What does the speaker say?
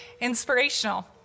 inspirational